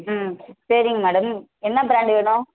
ம் சரிங்க மேடம் என்ன பிராண்டு வேணும்